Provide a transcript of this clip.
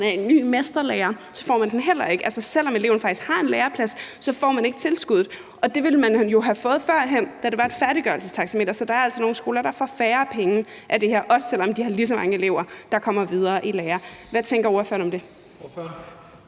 er i ny mesterlære-forløb, heller ikke får det. Altså, selv om eleven faktisk har en læreplads, får man ikke tilskuddet, og det ville man jo have fået førhen, da det var et færdiggørelsestaxameter. Så der er altså nogle skoler, der får færre penge som følge af det her, også selv om de har lige så mange elever, der kommer videre i lære. Hvad tænker ordføreren om det?